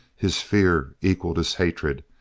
his fear equalled his hatred,